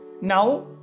Now